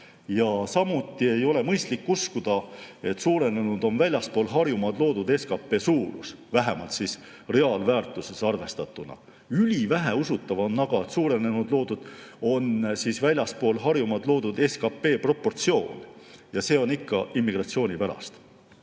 Samuti ei ole mõistlik uskuda, et suurenenud on väljaspool Harjumaad loodud SKP suurus, vähemalt reaalväärtuses arvestatuna. Üliväheusutav on aga, et suurenenud on väljaspool Harjumaad loodud SKP proportsioon, ja see on ikka immigratsiooni pärast.